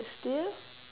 but still